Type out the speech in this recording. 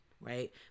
Right